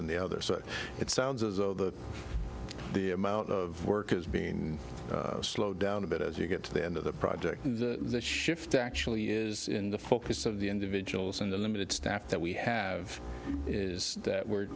in the other so it sounds as though the the amount of work is being slowed down a bit as you get to the end of the project and the shift actually is in the focus of the individuals and the limited staff that we have is that we're